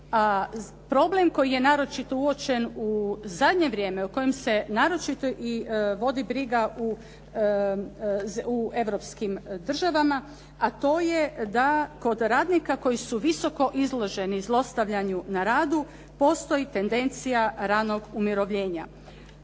problem koji je naročito uočen u zadnje vrijeme o kojem se naročito i vodi briga u europskim državama, a to je da kod radnika koji su visoko izloženi zlostavljanju na radu, postoji tendencija ranog umirovljenja.